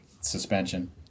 suspension